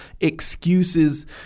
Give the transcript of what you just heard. excuses